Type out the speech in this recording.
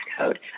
code